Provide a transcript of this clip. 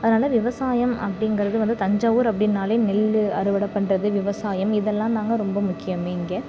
அதனால் விவசாயம் அப்படிங்கிறது வந்து தஞ்சாவூர் அப்படின்னாலே நெல்லு அறுவடை பண்ணுறது விவசாயம் இதெல்லாந்தாங்க ரொம்ப முக்கியம் இங்கே